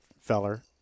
feller